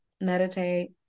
Meditate